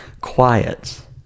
quiet